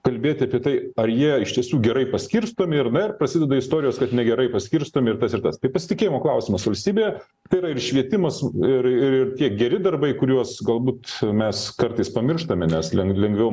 kalbėt apie tai ar jie iš tiesų gerai paskirstomi ir na ir prasideda istorijos kad negerai paskirstomi ir tas ir tas tai pasitikėjimo klausimas valstybėje tai yra ir švietimas ir ir tie geri darbai kuriuos galbūt mes kartais pamirštame nes leng lengviau